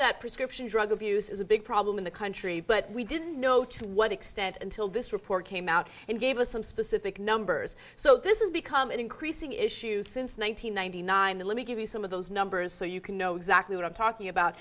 that prescription drug abuse is a big problem in the country but we didn't know to what extent until this report came out and gave us some specific numbers so this has become an increasing issue since one thousand nine hundred nine the let me give you some of those numbers so you can know exactly what i'm talking about